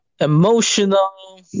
emotional